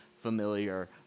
familiar